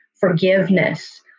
forgiveness